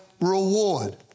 reward